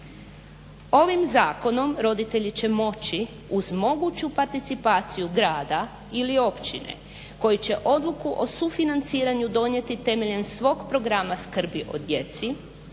Ovim zakonom roditelji će moći uz moguću participaciju grada ili općine, koji će odluku o sufinanciranju donijeti temeljem svog programa skrbi o djeci,